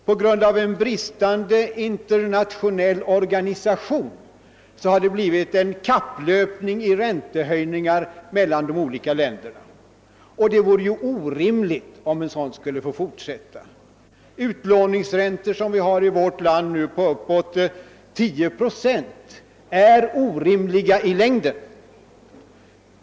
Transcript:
«På grund av en bristande internationell organisation har det blivit en kapplöpning i räntehöjningar mellan de olika länderna, och det vore orimligt om en sådan skulle få fortsätta. Utlåningsräntor på uppåt 10 procent, som vi nu har i vårt land, är orimliga i längden.